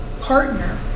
partner